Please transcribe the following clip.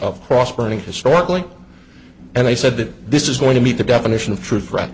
of cross burning historically and they said that this is going to meet the definition of true threat